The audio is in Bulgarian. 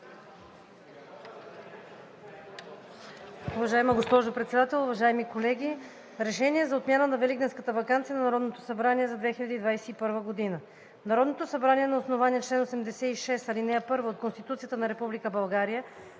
Уважаема госпожо Председател, уважаеми колеги! „Проект! РЕШЕНИЕ за отмяна на Великденската ваканция на Народното събрание за 2021 г. Народното събрание на основание чл. 86, ал. 1 от Конституцията на Република България